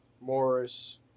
Morris